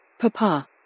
Papa